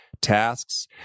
tasks